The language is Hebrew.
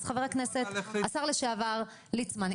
אז חבר הכנסת והשר לשעבר ליצמן,